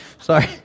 Sorry